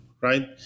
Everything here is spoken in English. right